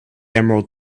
emerald